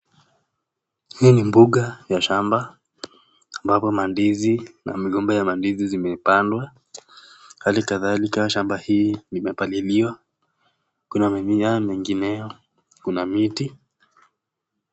Hii ni mbuga ya shamba ambapo mandizi na migomba ya mandizi zimepandwa. Hali kadhalika shamba hii limepaliliwa. Kuna mimea mingineyo, kuna miti.